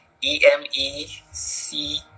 E-M-E-C